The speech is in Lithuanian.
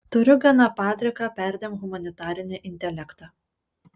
turiu gana padriką perdėm humanitarinį intelektą